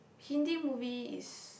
Hindi movie is